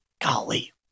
golly